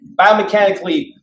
biomechanically